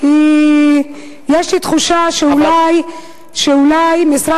יש לי תחושה שאולי משרד החוץ,